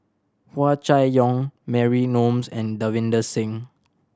Hua Chai Yong Mary Gomes and Davinder Singh